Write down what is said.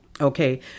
Okay